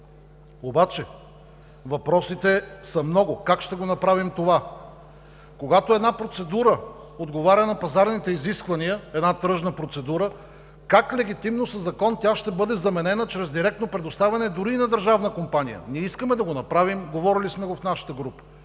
обаче въпросите са много! Как ще го направим това? Когато една процедура отговаря на пазарните изисквания – една тръжна процедура, как легитимно със закон тя ще бъде заменена чрез директно предоставяне, дори и на държавна компания? Ние искаме да го направим – говорили сме го в нашата група.